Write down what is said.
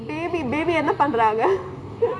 baby baby என்ன பன்றாங்கே:enna pandraangae